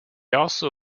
also